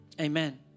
Amen